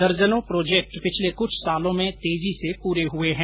दर्जनों प्रोजेक्ट पिछले कुछ सालों में तेजी से पूरे हुए हैं